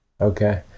Okay